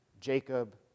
Jacob